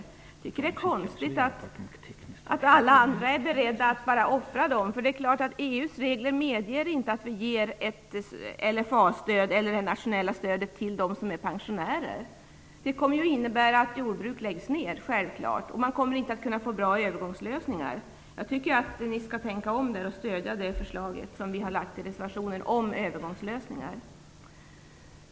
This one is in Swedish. Jag tycker att det är konstigt att alla andra är beredda att offra dem. EU:s regler medger inte att vi ger ett LFA stöd eller nationellt stöd till dem som är pensionärer. Det kommer självfallet att innebära att jordbruk kommer att läggas ned. Det kommer inte att bli några bra övergångslösningar. Jag tycker att ni skall tänka om och stödja förslaget i reservationen om övergångslösningar.